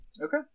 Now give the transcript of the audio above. Okay